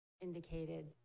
indicated